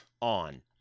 on